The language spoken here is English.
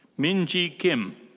min jee kim.